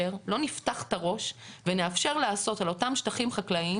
את הראש ונאפשר לעשות על אותם שטחים חקלאיים,